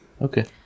Okay